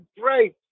great